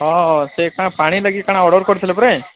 ହଁ ସେ କା ପାଣି ଲାଗି କ'ଣ ଅର୍ଡର୍ କରିଥିଲେ ପରା